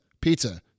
pizza